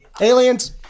Aliens